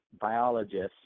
biologists